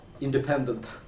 independent